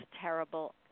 terrible